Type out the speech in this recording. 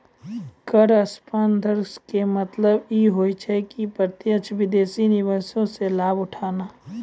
कर प्रतिस्पर्धा के मतलब इ होय छै कि प्रत्यक्ष विदेशी निवेशो से लाभ उठाना